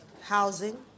housing